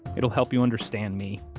it'll help you understand me